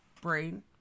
brain